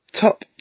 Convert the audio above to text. top